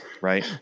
right